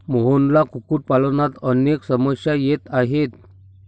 मोहनला कुक्कुटपालनात अनेक समस्या येत आहेत